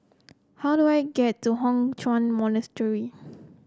how do I get to Hock Chuan Monastery